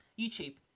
YouTube